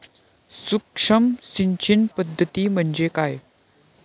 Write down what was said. सूक्ष्म सिंचन पद्धती म्हणजे काय?